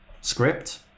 script